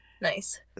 Nice